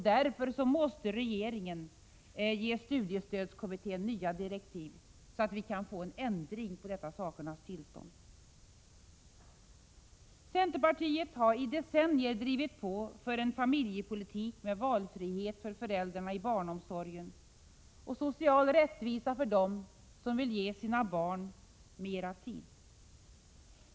Därför måste regeringen ge studiestödskommittén nya direktiv så att vi kan få en ändring av detta sakernas tillstånd. Centerpartiet har i decennier drivit på för en familjepolitik med valfrihet för föräldrarna i barnomsorgen och social rättvisa för dem som vill ge sina barn mera tid.